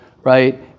right